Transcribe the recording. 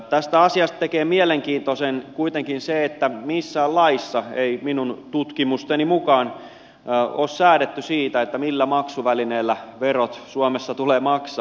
tästä asiasta tekee mielenkiintoisen kuitenkin se että missään laissa ei minun tutkimusteni mukaan ole säädetty siitä millä maksuvälineellä verot suomessa tulee maksaa